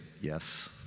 yes